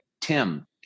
Tim